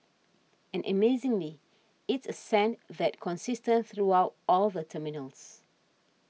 and amazingly it's a scent that's consistent throughout all the terminals